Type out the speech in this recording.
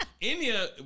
India